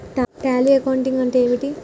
Tally accounting అంటే ఏమిటి?